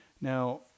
Now